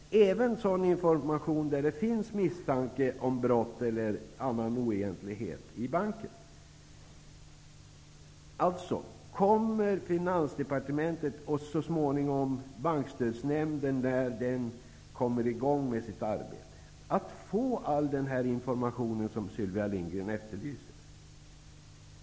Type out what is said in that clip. Information skall även lämnas när det finns misstanke om brott eller annan oegentlighet i banken. Finansdepartementet och Bankstödsnämnden, när den kommer i gång med sitt arbete, kommer att få all den information som Sylvia Lindgren efterlyser.